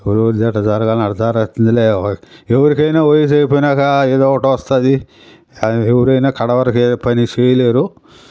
ఎవరికి ఎట్టా జరగాలనో అట్టా జరుగుతుందిలే ఎవరికైనా వయస్సు అయిపోయినాక ఏదో ఒకటి వస్తుంది అది ఎవరైనా కడ వరకు ఏ పని చెయ్యలేరు